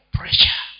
pressure